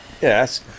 Yes